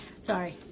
sorry